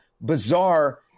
bizarre